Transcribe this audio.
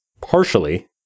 partially